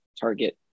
target